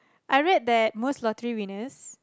I read that most lottery winners